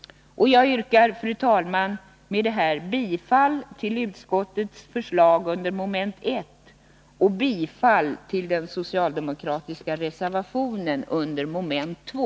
Jag yrkar, fru talman, med detta bifall till utskottets förslag under mom. 1 och bifall till den socialdemokratiska reservationen under mom. 2.